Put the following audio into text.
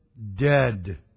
Dead